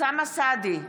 אוסאמה סעדי,